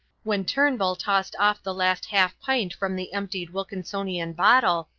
when turnbull tossed off the last half-pint from the emptied wilkinsonian bottle,